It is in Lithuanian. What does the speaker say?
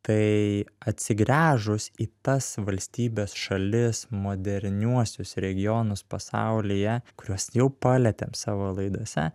tai atsigręžus į tas valstybes šalis moderniuosius regionus pasaulyje kuriuos jau palietėm savo laidose